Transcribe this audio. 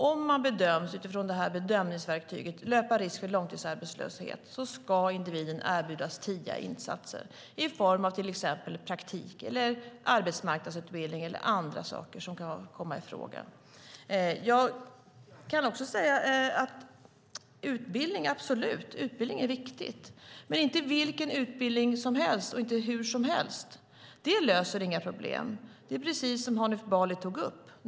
Om individen utifrån bedömningsverktygen löper risk att hamna i långtidsarbetslöshet ska han eller hon erbjudas tidiga insatser i form av praktik, arbetsmarknadsutbildning eller annat som kan komma i fråga. Utbildning är absolut viktig. Men det ska inte vara vilken utbildning som helst, och den ska inte ske hur som helst. Det löser inga problem. Det är precis som Hanif Bali tog upp.